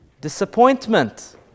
Disappointment